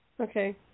Okay